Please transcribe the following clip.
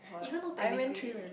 even though technically